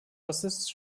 bassist